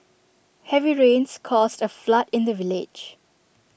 heavy rains caused A flood in the village